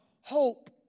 hope